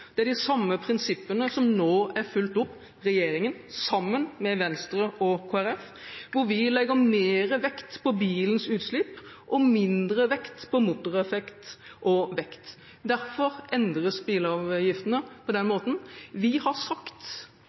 Det er de samme prinsippene som nå er fulgt opp av regjeringen, sammen med Venstre og Kristelig Folkeparti, hvor vi legger mer vekt på bilens utslipp og mindre vekt på motoreffekt og vekt. Derfor endres bilavgiftene på den måten. Vi har sagt,